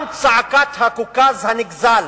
גם זעקת הקוזק הנגזל